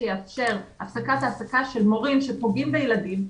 שיאפשר הפסקת העסקה של מורים שפוגעים בילדים,